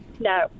No